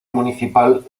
municipal